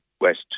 West